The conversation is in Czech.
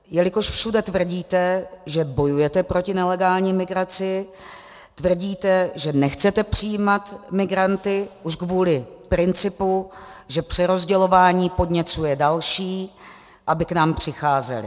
Jelikož všude tvrdíte, že bojujete proti nelegální migraci, tvrdíte, že nechcete přijímat migranty už kvůli principu, že přerozdělování podněcuje další, aby k nám přicházeli.